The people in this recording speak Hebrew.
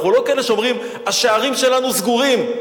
אנחנו לא כאלה שאומרים: השערים שלנו סגורים.